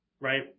right